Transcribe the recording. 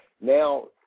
now